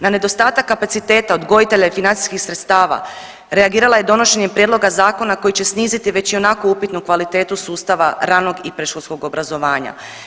Na nedostatak kapaciteta odgojitelja i financijskih sredstava reagirala je donošenjem prijedloga zakona koji će sniziti već ionako upitnu kvalitetu sustava ranog i predškolskog obrazovanja.